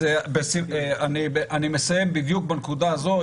אני מסיים בדיוק בנקודה הזאת.